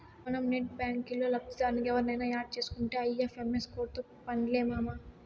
మనం నెట్ బ్యాంకిల్లో లబ్దిదారునిగా ఎవుర్నయిన యాడ్ సేసుకుంటే ఐ.ఎఫ్.ఎం.ఎస్ కోడ్తో పన్లే మామా